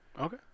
Okay